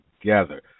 together